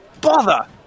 Bother